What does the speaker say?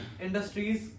industries